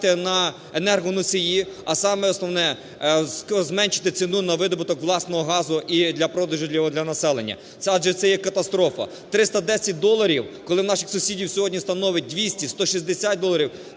на енергоносії, а саме основне – зменшити ціну на видобуток власного газу і для продажу його для населення. Адже це є катастрофа. 310 доларів, коли в наших сусідів сьогодні становить 200-160 доларів,